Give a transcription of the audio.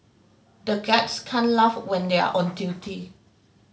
the guards can't laugh when they are on duty